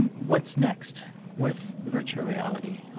what's next with the virtual reality?